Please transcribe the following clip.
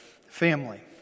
family